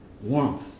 warmth